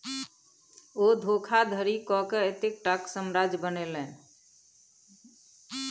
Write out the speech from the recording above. ओ धोखाधड़ी कय कए एतेकटाक साम्राज्य बनेलनि